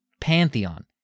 Pantheon